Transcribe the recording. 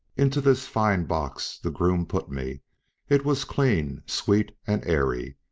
into this fine box the groom put me it was clean, sweet, and airy.